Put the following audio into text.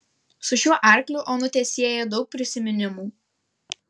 su šiuo arkliu onutę sieja daug prisiminimų